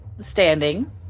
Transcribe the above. standing